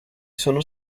sono